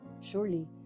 Surely